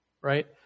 right